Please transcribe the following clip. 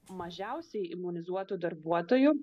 mažiausiai imunizuotų darbuotojų